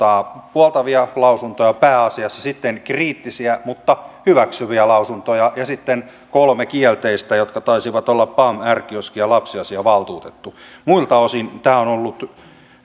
puoltavia lausuntoja pääasiassa sitten kriittisiä mutta hyväksyviä lausuntoja ja sitten kolme kielteistä jotka taisivat olla pam r kioski ja lapsiasiavaltuutettu muilta osin tämä on